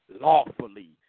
lawfully